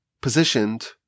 positioned